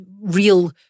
real